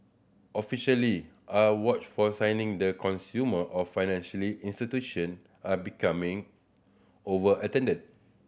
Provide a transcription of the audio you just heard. officially are watch for signing the consumer or financially institution are becoming overextended